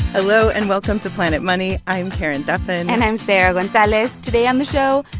hello, and welcome to planet money. i'm karen duffin and i'm sarah gonzalez. today on the show,